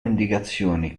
indicazioni